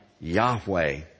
Yahweh